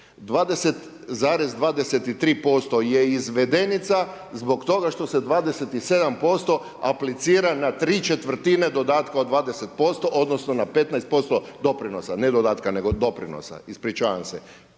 20,23% je izvedenica zbog toga što se 27% aplicira na ¾ dodatka od 20% odnosno na 15% doprinosa, ne dodatka, nego doprinosa, ispričavam se.